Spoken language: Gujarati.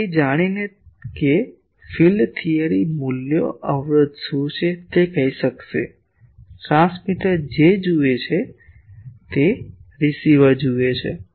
અને તે જાણીને કે ફીલ્ડ થિયરી મૂલ્યો અવરોધ શું છે તે કહી શકશે ટ્રાન્સમીટર જે જુએ છે રીસીવર જે જુએ છે